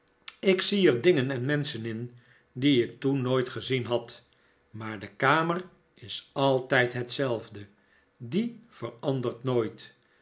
ik zie er dingen en menschen in die ik toen nooit gezien had maar de kamer is altijd dezelfde die verandert nooit